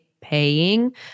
paying